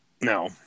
no